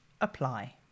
apply